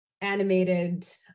animated